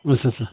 आच्चा आच्चा